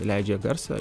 leidžia garsą